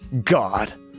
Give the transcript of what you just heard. God